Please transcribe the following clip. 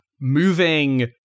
moving